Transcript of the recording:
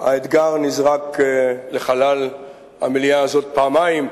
האתגר נזרק לחלל המליאה הזאת פעמיים,